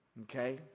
Okay